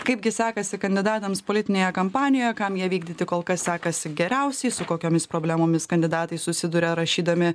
kaipgi sekasi kandidatams politinėje kampanijoje kam ją vykdyti kol kas sekasi geriausiai su kokiomis problemomis kandidatai susiduria rašydami